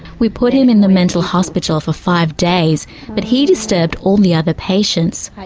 we put him in the mental hospital for five days but he disturbed all the other patients.